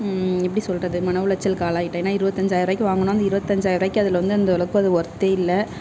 எப்படி சொல்வது மன உளைச்சலுக்கு ஆளாகிட்ட என்னா இருபத்தி அஞ்சாயிரூபாக்கி வாங்கின அந்த இருபத்தி அஞ்சாயிரரூபாக்கி அதில் அந்தளவுக்கு ஒர்த்தே இல்லை